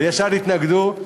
וישר יתנגדו.